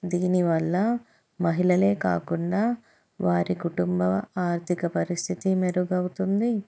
దీనివల్ల మహిళలే కాకుండా వారి కుటుంబ ఆర్థిక పరిస్థితి మెరుగవుతుంది